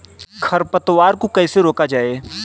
खरपतवार को कैसे रोका जाए?